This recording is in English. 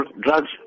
drugs